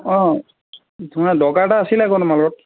অঁ তোমাৰ দৰকাৰ এটা আছিলে আক' তোমাৰ লগত